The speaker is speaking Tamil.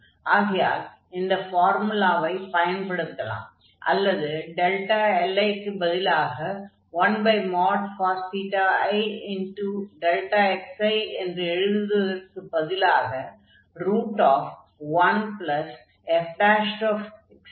ஆகையால் இந்த ஃபார்முலாவைப் பயன்படுத்தலாம் அல்லது li க்குப் பதிலாக 1cos i xi என்று எழுதுவதற்குப் பதிலாக 1fi2Δxi என்றும் எழுதலாம்